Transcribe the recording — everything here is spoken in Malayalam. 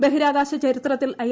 ബഹിരാകാശ ചരിത്രത്തിൽ ഐ